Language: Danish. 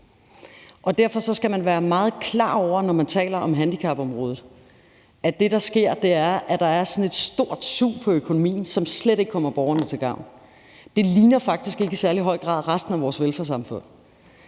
Derfor skal man være meget klar over, når man taler om handicapområdet, at det, der sker, er, at der er sådan et stort sug på økonomien, som slet ikke kommer borgerne til gavn. Det ligner faktisk ikke i særlig høj grad resten af vores velfærdssamfund.